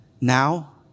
Now